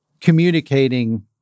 communicating